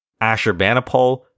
Ashurbanipal